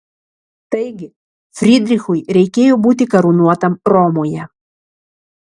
taigi frydrichui reikėjo būti karūnuotam romoje